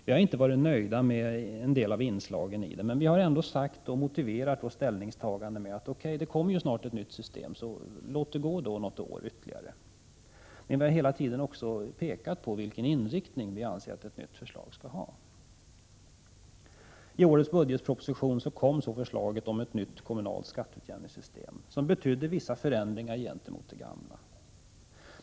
Vi har inte varit nöjda med en del av inslagen, men vi har ändå låtit det gå ytterligare något år och motiverat vårt ställningstagande med att det snart skulle komma ett nytt system. Hela tiden har vi pekat på vilken inriktning vi anser att ett nytt förslag skulle ha. I årets budgetproposition kom så förslaget om ett nytt kommunalt skatteutjämningssystem, som betydde vissa förändringar gentemot det gamla.